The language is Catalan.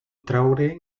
traure